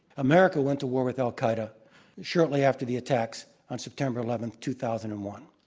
america went to war with al-qaeda shortly after the attacks on september eleven, two thousand and one.